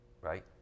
right